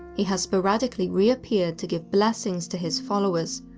he has sporadically reappeared to give blessings to his followers,